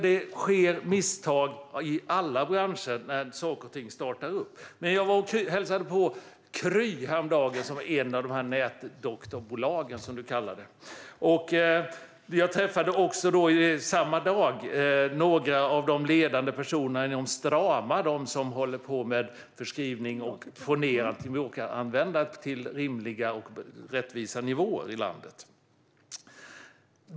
Det sker misstag i alla branscher när saker och ting startar upp. Men jag var och hälsade på Kry häromdagen. Det är ett av nätdoktorsbolagen, som du kallar dem. Jag träffade samma dag några av de ledande personerna inom Strama, de som arbetar med att få ned antibiotikaanvändandet till rimliga och rättvisa nivåer i landet.